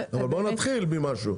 אבל בואו נתחיל ממשהו.